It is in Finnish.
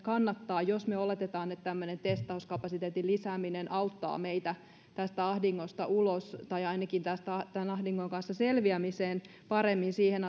kannattaisi jos me oletamme että tämmöinen testauskapasiteetin lisääminen auttaa meitä tästä ahdingosta ulos tai ainakin tämän ahdingon kanssa selviämiseen paremmin siihen